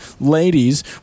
ladies